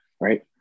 right